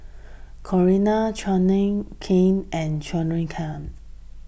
Coriander Chutney Kheer and Jingisukan